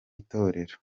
itorero